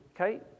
okay